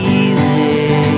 easy